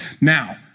Now